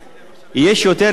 יש יותר מ-600,000,